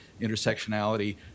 intersectionality